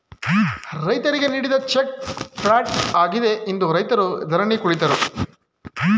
ರೈತರಿಗೆ ನೀಡಿದ cheque fraud ಆಗಿದೆ ಎಂದು ರೈತರು ಧರಣಿ ಕುಳಿತರು